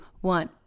one